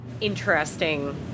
interesting